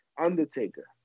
Undertaker